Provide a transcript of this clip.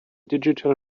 digital